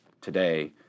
today